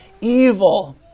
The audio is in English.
evil